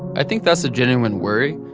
i think that's a genuine worry.